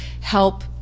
help